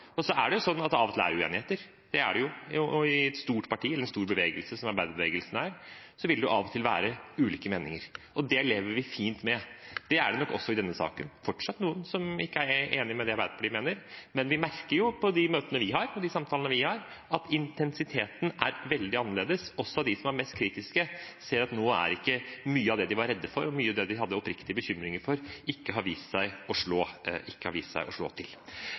Så er det av og til uenigheter, det er det jo i en stor bevegelse som arbeiderbevegelsen er – der vil det av og til være ulike meninger. Det lever vi fint med. Også i denne saken er det nok fortsatt noen som ikke er enig i det Arbeiderpartiet mener. Men vi merker jo, på de møtene vi har og de samtalene vi har, at intensiteten er veldig annerledes. Også de som er mest kritiske, ser at nå er det mye av det de var redde for og hadde oppriktige bekymringer for, som ikke har vist seg å slå til. Det er nok sant som lederen av Industri Energi, som også er et LO-forbund Arbeiderpartiet snakker mye med, sier. Han sier at de har